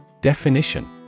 Definition